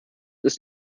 ist